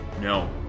No